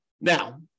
Now